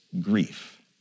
grief